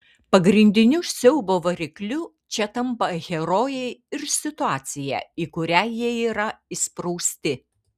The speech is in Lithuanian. pagrindiniu siaubo varikliu čia tampa herojai ir situacija į kurią jie yra įsprausti